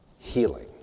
healing